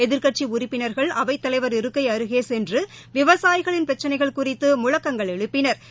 எதிர்க்கட்சி உறுப்பினர்கள் அவைத்தலைவர் இருக்கை அருகே சென்று விவசாயிகளின் பிரச்சினைகள் குறித்து முழக்கங்கள் எழுப்பினா்